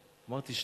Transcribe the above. אמרתי,